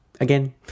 again